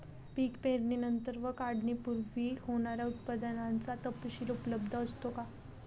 पीक पेरणीनंतर व काढणीपूर्वी होणाऱ्या उत्पादनाचा तपशील उपलब्ध असतो का?